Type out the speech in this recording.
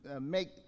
make